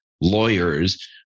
lawyers